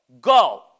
Go